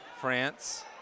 France